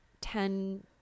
ten